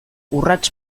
urrats